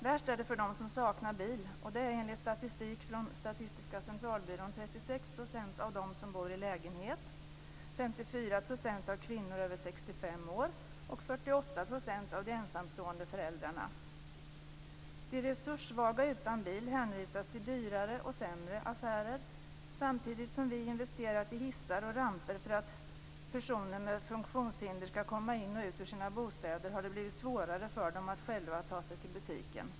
Värst är det för dem som saknar bil, och det gör enligt statistik från Statistiska centralbyrån 36 % av dem som bor i lägenhet, 54 % av kvinnorna över 65 De resurssvaga utan bil hänvisas till dyrare och sämre affärer. Samtidigt som vi investerat i hissar och ramper för att personer med funktionshinder skall komma in och ut i sina bostäder har det blivit svårare för dem att själva ta sig till butiken.